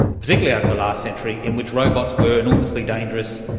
particularly over the last century, in which robots were enormously dangerous,